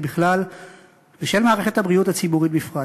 בכלל ושל מערכת הבריאות הציבורית בפרט.